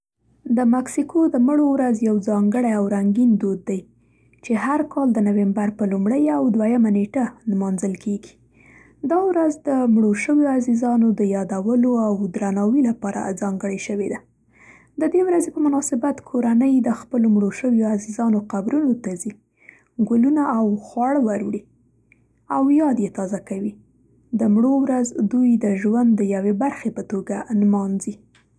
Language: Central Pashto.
د مکسیکو د مړو ورځ یو ځانګړی او رنګین دود دی چې هر کال د نومبر په لومړۍ او دویمه نېټه نمانځل کیږي. دا ورځ د مړو شویو عزیزانو د یادولو او درناوي لپاره ځانګړې شوې ده. د دې ورځې په مناسبت، کورنۍ د خپلو مړو شویو عزیزانو قبرونو ته ځي، ګلونه او خواړه ور وړي او یاد یې تازه کوي. د مړو ورځ دوی د ژوند دیوې برخې په توګه نمانځي.